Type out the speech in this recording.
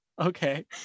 Okay